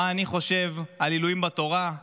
מה אני חושב על עילויים בתורה,